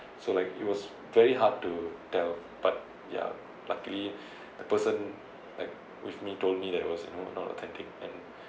so like it was very hard to tell but yeah luckily the person like with me told me that it was you know not authentic and